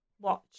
watch